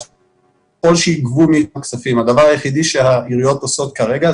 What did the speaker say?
ככל שיגבו מאתנו כספים - הדבר היחידי שהעיריות עושות כרגע,